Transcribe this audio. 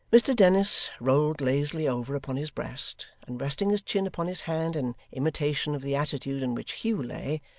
mr dennis rolled lazily over upon his breast, and resting his chin upon his hand in imitation of the attitude in which hugh lay,